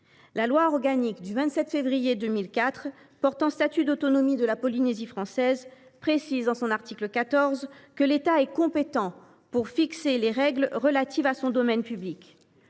La loi organique du 27 février 2004 portant statut d’autonomie de la Polynésie française précise, en son article 14, que l’État est compétent pour fixer les règles relatives à son domaine public.